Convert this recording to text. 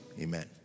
Amen